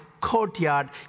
courtyard